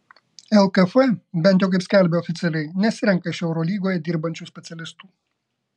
lkf bent jau kaip skelbia oficialiai nesirenka iš eurolygoje dirbančių specialistų